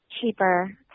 cheaper